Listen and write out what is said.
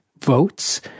votes